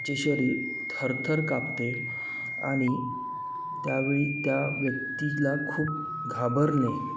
तिचे शरीर थरथर कापते आणि त्यावेळी त्या व्यक्तीला खूप घाबरणे